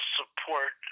support